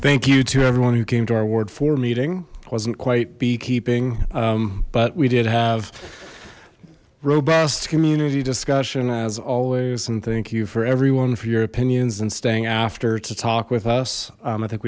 thank you to everyone who came to our ward for meeting wasn't quite beekeeping but we did have robust community discussion as always and thank you for everyone for your opinions and staying after to talk with us i think